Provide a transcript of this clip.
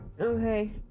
Okay